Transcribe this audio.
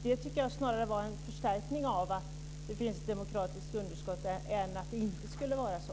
Det är snarare en förstärkning av ett demokratiskt underskott än att det inte skulle vara så.